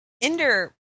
Ender